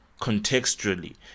contextually